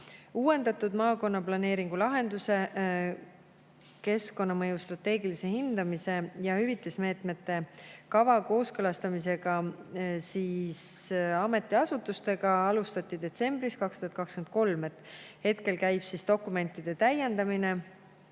Uuendatud maakonnaplaneeringu lahenduse, keskkonnamõju strateegilise hindamise ja hüvitusmeetmete kava kooskõlastamist ametiasutustega alustati detsembris 2023. [Praegu] käib dokumentide täiendamine